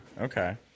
Okay